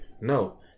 no